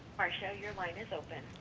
marcia, your line is open.